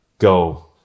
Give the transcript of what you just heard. go